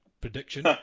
prediction